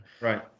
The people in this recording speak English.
right